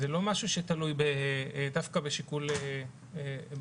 זה לא משהו שתלוי דווקא בשיקול בריאותי.